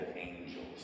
angels